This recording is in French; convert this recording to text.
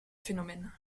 phénomène